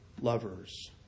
lovers